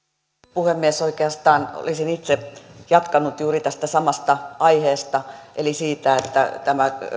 puhemies oikeastaan olisin itse jatkanut juuri tästä samasta aiheesta eli siitä että tämä